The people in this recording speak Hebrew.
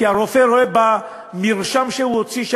כי הרופא רואה שהמרשם שהוא הוציא,